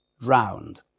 drowned